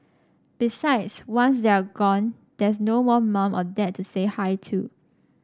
besides once they are gone there's no more mum or dad to say hi to